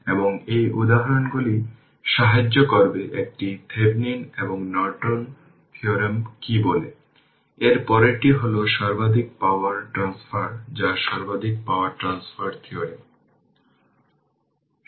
সুতরাং এই ইকুয়েশন 30 এটি নির্দেশ করে যে u t i 3 সেকেন্ড দ্বারা অগ্রসর হয়েছে এবং চিত্র 27 এ দেখানো হয়েছে